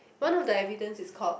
one of the evidence is called